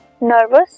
nervous